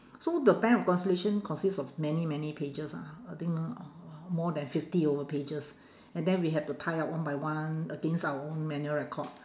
so the bank reconciliation consist of many many pages ah I think uh more than fifty over pages and then we had to tie up one by one against our own manual record